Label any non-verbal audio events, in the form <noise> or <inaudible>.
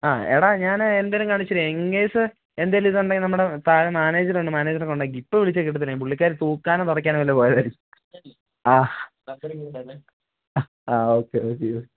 ആഹ് എടാ ഞാൻ <unintelligible> ഇൻകേസ് എന്തെങ്കിലും ഇതുണ്ടേൽ നമ്മുടെ താഴെ മാനേജർ ഉണ്ട് മാനേജറെ കോൺടാക്റ്റ് ചെയ്യ് ഇപ്പോൾ വിളിച്ചാൽ കിട്ടത്തില്ല പുള്ളിക്കാരി തൂക്കാനും തുടക്കാനും വല്ലം പോയതായിരിക്കും ആഹ് ആ ഓക്കേ <unintelligible>